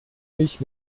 mich